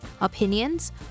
opinions